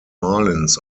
marlins